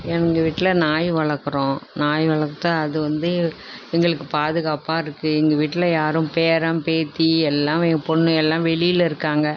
எங்கள் வீட்டில் நாய் வளர்க்குறோம் நாய் வளர்த்து அது வந்து எங்களுக்கு பாதுகாப்பாக இருக்குது எங்கள் வீட்டில் யாரும் பேரன் பேத்தி எல்லாம் என் பெண்ணு எல்லாம் வெளியில் இருக்காங்க